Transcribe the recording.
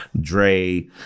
Dre